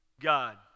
God